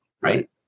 right